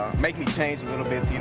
make me change a little bit, to you